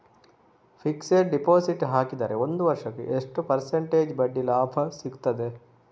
Fixed deposit ಹಾಕಿದರೆ ಒಂದು ವರ್ಷಕ್ಕೆ ಎಷ್ಟು ಪರ್ಸೆಂಟೇಜ್ ಬಡ್ಡಿ ಲಾಭ ಸಿಕ್ತದೆ?